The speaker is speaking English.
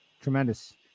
Tremendous